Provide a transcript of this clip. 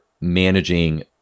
managing